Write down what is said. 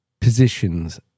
positions